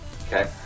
Okay